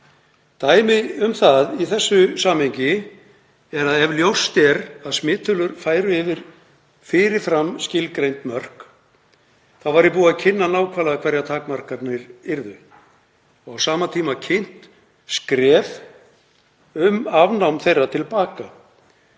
Dæmi um það í þessu samhengi er að ef ljóst er að smittölur færu yfir fyrirframskilgreind mörk væri búið að kynna nákvæmlega hverjar takmarkanirnar yrðu og á sama tíma kynnt skref um afnám þeirra. Þau